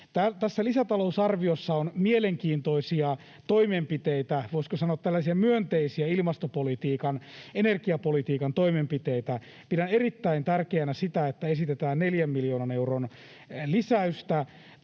Tässä lisätalousarviossa on mielenkiintoisia toimenpiteitä, voisiko sanoa tällaisia myönteisiä ilmastopolitiikan, energiapolitiikan toimenpiteitä. Pidän erittäin tärkeänä sitä, että esitetään 4 miljoonan euron lisäystä